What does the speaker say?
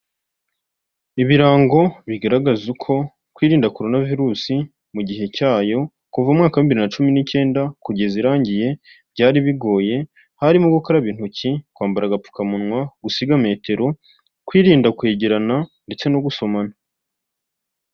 Ibirango bigaragaza uko kwirinda korona virusi mu gihe cyayo kuva umwaka w'ibihumbi bibiri na cumi n'icyenda kugeza irangiye byari bigoye harimo gukaraba intoki, kwambara agapfukamunwa, gusiga metero, kwirinda kwegerana ndetse no gusomana.